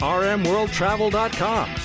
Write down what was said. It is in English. rmworldtravel.com